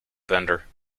bender